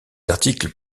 articles